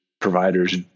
providers